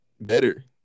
better